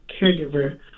caregiver